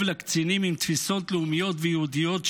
לקצינים עם תפיסות לאומיות ויהודיות,